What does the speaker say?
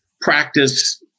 practice